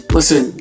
Listen